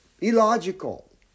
illogical